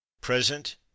present